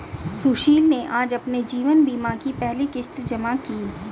सुशील ने आज अपने जीवन बीमा की पहली किश्त जमा की